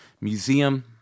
museum